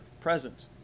present